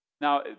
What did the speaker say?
Now